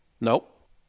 Nope